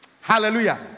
Hallelujah